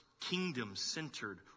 kingdom-centered